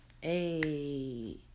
Hey